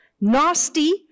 nasty